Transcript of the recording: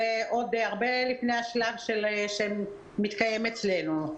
עוד הרבה לפני השלב שמתקיים אצלנו.